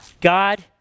God